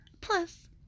plus